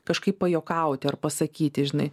kažkaip pajuokauti ar pasakyti žinai